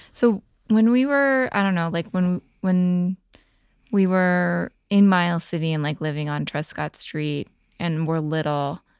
so when we were, i don't know, like when when we were in miles city and like living on trescott street and were little,